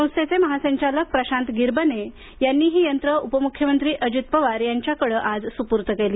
संस्थेचे महासंचालक प्रशांत गिरवणे यांनी ही यंत्र उपमुख्यमंत्री अजित पवार यांच्याकडे आज सुपूर्द केली